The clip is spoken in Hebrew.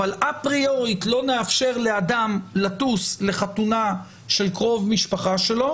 אבל אפריורית לא נאפשר לאדם לטוס לחתונה של קרוב משפחה שלו